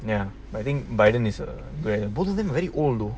ya I think biden is a great both of them very old though